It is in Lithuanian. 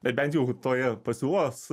bet bent jau toje pasiūlos